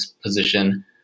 position